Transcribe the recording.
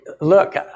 Look